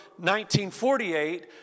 1948